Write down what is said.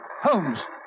Holmes